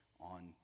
on